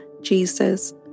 Jesus